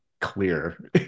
clear